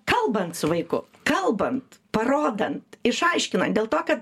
kalbant su vaiku kalbant parodant išaiškinant dėl to kad